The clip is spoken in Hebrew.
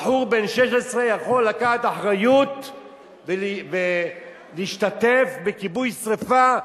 בחור בן 16 יכול לקחת אחריות ולהשתתף בכיבוי שרפה,